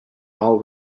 all